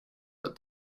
but